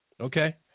Okay